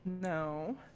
No